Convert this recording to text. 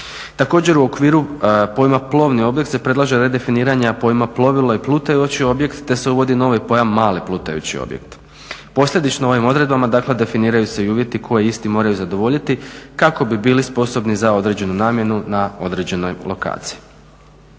Također, u okviru pojma plovni objekt se predlaže redefiniranje pojma plovidba i plutajući objekt te se uvodi novi pojam mali plutajući objekt. Posljedično ovim odredbama dakle definiraju se i uvjeti koji isti moraju zadovoljiti kako bi bili sposobni za određenu namjenu na određenoj lokaciji.